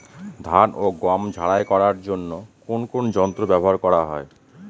ধান ও গম ঝারাই করার জন্য কোন কোন যন্ত্র ব্যাবহার করা হয়?